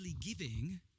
giving